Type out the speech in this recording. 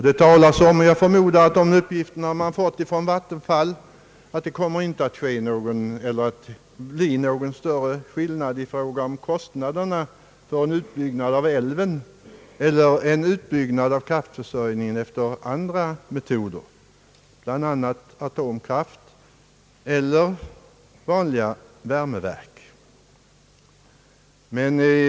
Det talas om — jag förmodar att man har fått uppgifterna från vattenfallsverket — att det inte kommer att bli någon större skillnad mellan kostnaderna för en utbyggnad av älven och kostnaderna för en utbyggnad av kraftförsörjningen efter andra produktionsmetoder, bl.a. atomkraftverk eller vanligt värmekraftverk.